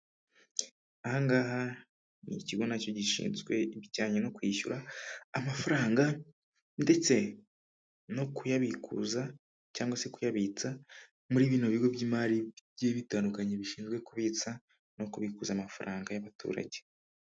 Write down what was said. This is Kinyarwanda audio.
Aha ngaha ni ikigo na cyo gishinzwe ibijyanye no kwishyura amafaranga ndetse no kuyabikuza cyangwa se kuyabitsa muri bino bigo by'imari bigiye bitandukanye bishinzwe kubitsa no kubikuza amafaranga y'abaturage.